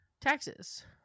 Taxes